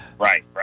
Right